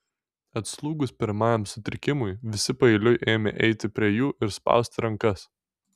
atslūgus pirmajam sutrikimui visi paeiliui ėmė eiti prie jų ir spausti rankas